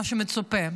מה שמצופה,